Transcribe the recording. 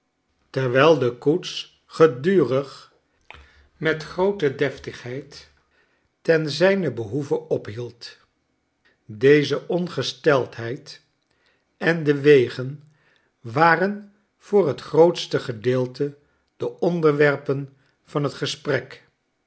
terwijl de koets gedurig met groote deftigheid ten zijnen behoeve ophield deze ongesteldheid en de wegen waren voor het grootste gedeelte de onderwerpen van het gesprek